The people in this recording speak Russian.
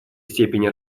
степени